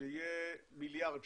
כשיהיה מיליארד שקל.